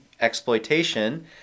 exploitation